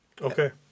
Okay